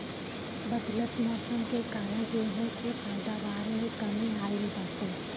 बदलत मौसम के कारण गेंहू के पैदावार में कमी आइल बाटे